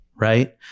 Right